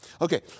Okay